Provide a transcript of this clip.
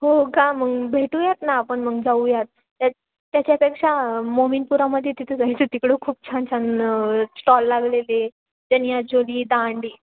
हो का मग भेटूयात ना आपण मग जाऊयात त्या त्याच्यापेक्षा मोमीनपुरामध्ये तिथं जायचं तिकडं खूप छान छान स्टॉल लागलेले चनियाचोली दांडी